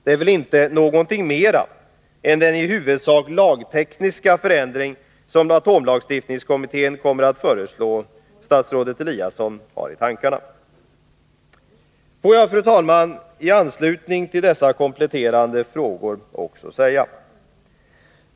Det är väl inte någonting mer än den i huvudsak lagtekniska förändring som atomlagstiftningskommittén kommer att föreslå som statsrådet Eliasson har i tankarna? Får jag, fru talman, i anslutning till dessa kompletterande frågor också säga följande.